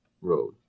road